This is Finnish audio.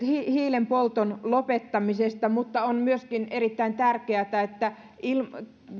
hiilen polton lopettamisesta mutta on myöskin erittäin tärkeätä että